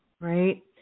right